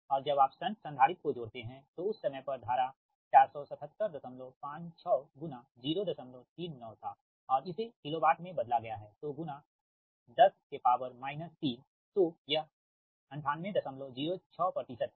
और जब आप शंट संधारित्र को जोड़ते हो तो उस समय पर धारा 47756 039 था और इसे किलोवाट में बदला गया है तो गुणा 10 3 तो यह 9806 है